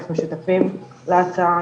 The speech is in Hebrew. אנחנו שותפים להצעה,